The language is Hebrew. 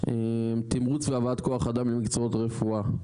תמרוץ והבאת כוח אדם ממקצועות הרפואה.